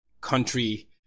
country